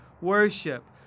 worship